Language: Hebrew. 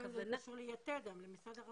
עוגן קשור ליתד גם, למשרד הרווחה.